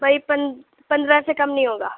بھائی پن پندرہ سے کم نہیں ہوگا